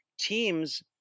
teams